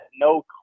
no